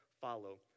follow